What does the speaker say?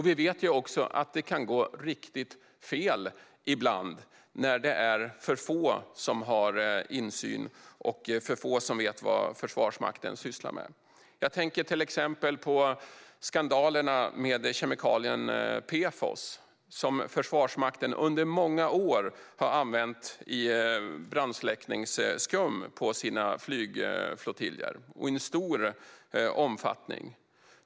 Vi vet också att det kan gå riktigt fel ibland när det är för få som har insyn och för få som vet vad Försvarsmakten sysslar med. Jag tänker till exempel på skandalerna med kemikalien PFOS, som Försvarsmaktens flygflottiljer under många år har använt i en stor omfattning i brandsläckningsskum.